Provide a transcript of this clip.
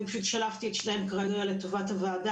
פשוט שלפתי את שתיהן כרגע לטובת הוועדה,